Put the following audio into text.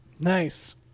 Nice